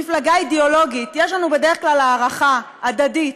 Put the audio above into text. מפלגה אידיאולוגית: יש לנו בדרך כלל הערכה הדדית.